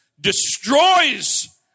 destroys